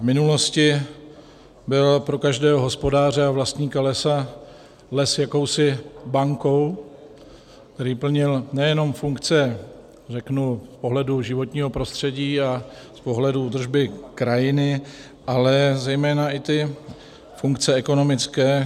V minulosti byl pro každého hospodáře a vlastníka lesa les jakousi bankou, plnil nejenom funkce pohledu životního prostředí a pohledu údržby krajiny, ale zejména i ty funkce ekonomické.